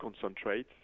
concentrate